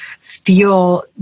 feel